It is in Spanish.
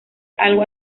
algo